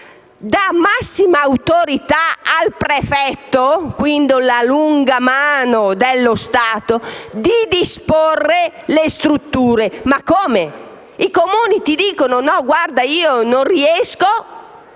Dà massima autorità al prefetto (quindi alla lunga mano dello Stato) di disporre le strutture. Ma come, i Comuni dicono che non riescono